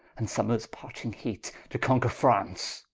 and summers parching heate, to conquer france,